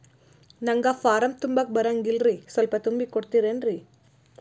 ನಂಗ ಫಾರಂ ತುಂಬಾಕ ಬರಂಗಿಲ್ರಿ ಸ್ವಲ್ಪ ತುಂಬಿ ಕೊಡ್ತಿರೇನ್ರಿ?